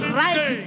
right